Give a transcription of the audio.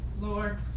lord